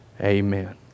Amen